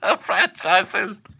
franchises